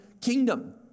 kingdom